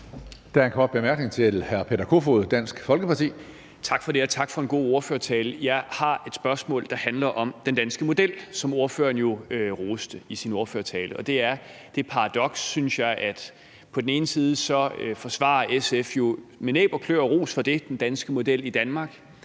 Der er en kort bemærkning til hr. Peter Kofod, Dansk Folkeparti. Kl. 13:08 Peter Kofod (DF): Tak for det, og tak for en god ordførertale. Jeg har et spørgsmål, der handler om den danske model, som ordføreren jo roste i sin ordførertale, og det handler om det paradoks, som jeg synes det er, at SF jo på den ene side med næb og klør forsvarer den danske model – og ros